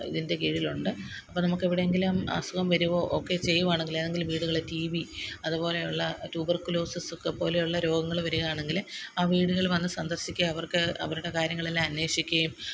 ഇതിന്റെ കീഴിലുണ്ട് അപ്പോൾ നമുക്കെവിടെയെങ്കിലും അസുഖം വരുമോ ഒക്കെ ചെയ്യുവാണെങ്കിൽ ഏതെങ്കിലും വീടുകളിൽ റ്റീ ബി അതുപോലെയുള്ള റ്റൂബർക്കുലോസിസ് ഒക്കെ പോലെയുള്ള രോഗങ്ങൾ വരുവാണെങ്കിൽ ആ വീടുകൾ വന്നു സന്ദർശിയ്ക്കുക അവർക്ക് അവരുടെ കാര്യങ്ങളെല്ലാം അന്വേഷിയ്ക്കുകയും